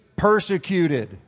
persecuted